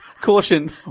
Caution